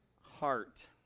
heart